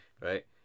right